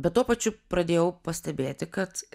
bet tuo pačiu pradėjau pastebėti kad